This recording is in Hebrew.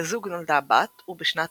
לזוג נולדה בת ובשנת